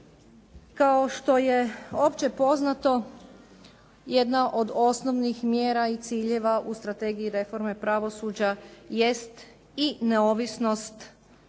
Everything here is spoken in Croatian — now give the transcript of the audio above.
Kao što je opće poznato jedna od osnovnih mjera i ciljeva u strategiji reforme pravosuđa jest i neovisnost